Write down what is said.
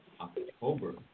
October